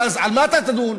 אז על מה אתה תדון?